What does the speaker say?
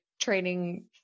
training